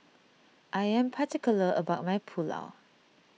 I am particular about my Pulao